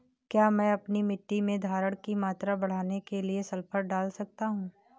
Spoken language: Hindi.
क्या मैं अपनी मिट्टी में धारण की मात्रा बढ़ाने के लिए सल्फर डाल सकता हूँ?